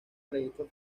registro